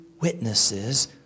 witnesses